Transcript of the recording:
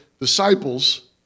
disciples